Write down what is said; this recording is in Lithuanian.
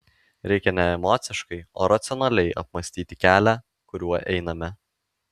reikia ne emociškai o racionaliai apmąstyti kelią kuriuo einame